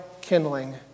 kindling